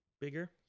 bigger